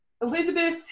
Elizabeth